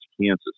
Kansas